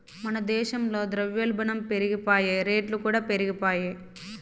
మన దేశంల ద్రవ్యోల్బనం పెరిగిపాయె, రేట్లుకూడా పెరిగిపాయె